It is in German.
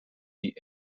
die